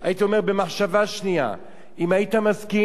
אם היית מסכים לדחות כרגע את ההצבעה,